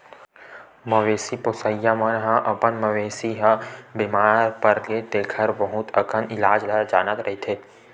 मवेशी पोसइया मन ह अपन मवेशी ह बेमार परगे तेखर बहुत अकन इलाज ल जानत रहिथे